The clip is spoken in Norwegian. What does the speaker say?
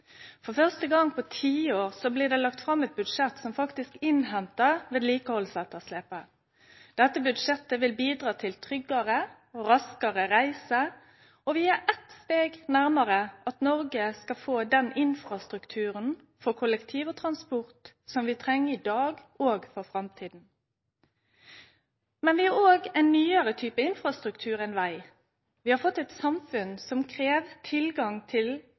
For første gong på tiår blir det lagt fram eit budsjett som faktisk innhentar vedlikehaldsetterslepet. Dette budsjettet vil bidra til tryggare og raskare reiser – vi er eitt steg nærmare at Noreg skal få den infrastrukturen for kollektivtrafikk og -transport som vi treng i dag og i framtida. Men vi har òg ein nyare type infrastruktur enn veg: Vi har fått eit samfunn som krev tilgang til